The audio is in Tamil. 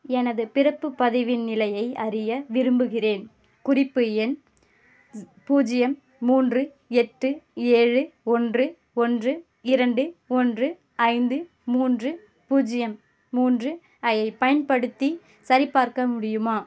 எனது பிறப்பு பதிவின் நிலையை அறிய விரும்புகிறேன் குறிப்பு எண் பூஜ்யம் மூன்று எட்டு ஏழு ஒன்று ஒன்று இரண்டு ஒன்று ஐந்து மூன்று பூஜ்யம் மூன்று ஐப் பயன்படுத்தி சரிபார்க்க முடியுமா